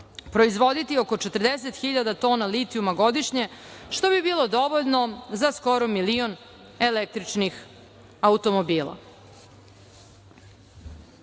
proizvoditi oko 40 hiljada tona litijuma godišnje, što bi bilo dovoljno za skoro milion električnih automobila.